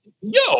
Yo